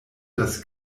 das